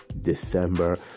December